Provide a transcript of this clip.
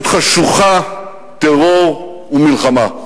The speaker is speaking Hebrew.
חשוכה, טרור ומלחמה.